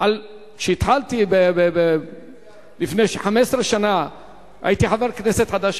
כשהתחלתי, לפני 15 שנה הייתי חבר כנסת חדש.